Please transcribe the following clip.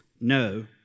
No